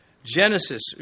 Genesis